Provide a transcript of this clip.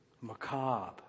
macabre